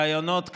לרעיונות כאלה,